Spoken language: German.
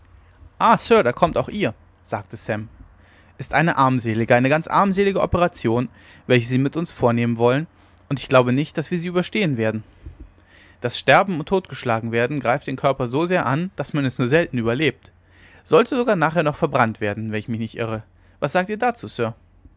sir da kommt auch ihr sagte sam ist eine armselige eine ganz armselige operation welche sie mit uns vornehmen wollen und ich glaube nicht daß wir sie überstehen werden das sterben und totgeschlagenwerden greift den körper so sehr an daß man es nur selten überlebt sollen nachher sogar noch verbrannt werden wenn ich mich nicht irre was sagt ihr dazu